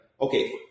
okay